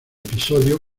episodio